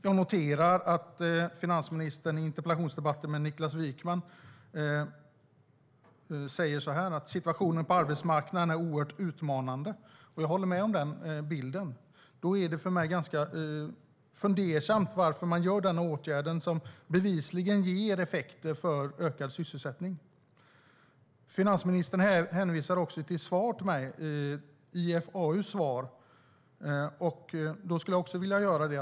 Jag noterade att finansministern i sin interpellationsdebatt med Niklas Wykman sa att läget på arbetsmarknaden är oerhört utmanande. Jag håller med om den beskrivningen. Därför är jag ganska fundersam över varför man vidtar denna åtgärd, som bevisligen ger effekter för ökad sysselsättning. Finansministern hänvisar i sitt svar till mig till IFAU, och därför skulle även jag vilja göra det.